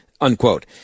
unquote